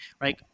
right